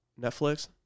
Netflix